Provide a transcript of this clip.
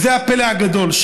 וזה הפלא הגדול,